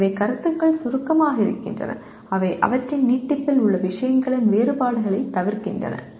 எனவே கருத்துக்கள் சுருக்கமாக இருக்கின்றன அவை அவற்றின் நீட்டிப்பில் உள்ள விஷயங்களின் வேறுபாடுகளைத் தவிர்க்கின்றன